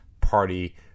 party